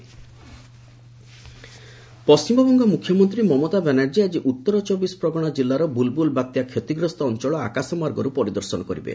storm Bengal Paschimbanga ମୁଖ୍ୟମନ୍ତ୍ରୀ ମମତା ବାନାର୍ଜୀ ଆଜି ଉତ୍ତର ଚବିଶ ପ୍ରଗଣା ଜିଲ୍ଲାର ବୁଲ୍ବୁଲ ବାତ୍ୟା କ୍ଷତିଗ୍ରସ୍ତ ଅଞ୍ଚଳ ଆକାଶମାର୍ଗରୁ ପରିଦର୍ଶନ କରିବେ